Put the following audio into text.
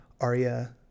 Arya